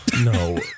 No